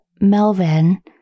Melvin